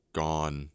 gone